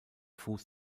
fuß